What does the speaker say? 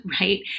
right